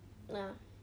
ah